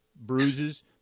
bruises